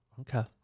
Okay